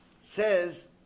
says